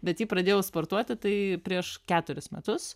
bet jį pradėjau sportuoti tai prieš keturis metus